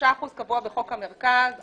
ה-3% קבוע בחוק המרכז לגביית קנסות.